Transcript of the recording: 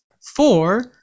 four